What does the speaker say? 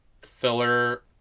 filler